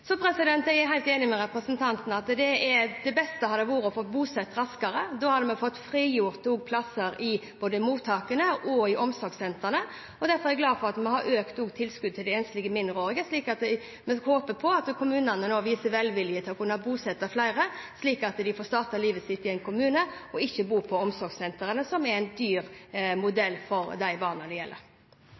Så er jeg helt enig med representanten i at det beste hadde vært å få bosatt raskere. Da hadde vi også fått frigjort plasser i både mottakene og omsorgssentrene. Derfor er jeg glad for at vi også har økt tilskuddet til de enslige mindreårige. Vi håper at kommunene nå viser velvilje med hensyn til å kunne bosette flere, slik at de får startet livet sitt i en kommune og ikke må bo på et omsorgssenter, som er en dyr modell for de barna det gjelder.